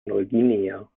neuguinea